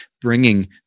bringing